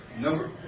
number